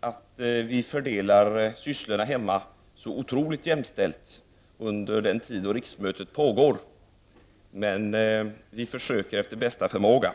att vi hemma fördelar sysslorna så otroligt jämställt under den tid då riksmötet pågår, men vi försöker efter bästa förmåga.